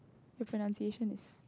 your pronunciation is